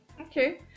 Okay